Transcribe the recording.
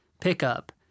Pickup